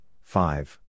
five